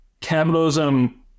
capitalism